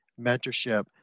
mentorship